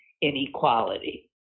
inequality